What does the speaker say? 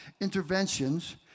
interventions